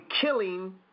killing